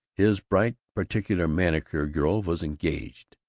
his bright particular manicure girl was engaged.